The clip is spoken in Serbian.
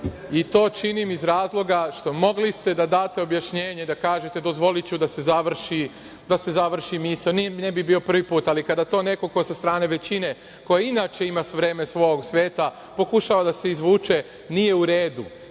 4. To činim iz razloga što ste mogli da date objašnjenje, da kažete – dozvoliću da se završi misao. Ne bi bio prvi put, ali kada to neko ko sa strane većine, koja inače ima sve vreme ovog sveta, pokušava da se izvuče, nije u redu,